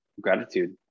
gratitude